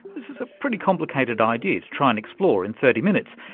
this is a pretty complicated idea to try and explore in thirty minutes,